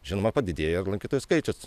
žinoma padidėja lankytojų skaičius